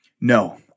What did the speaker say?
No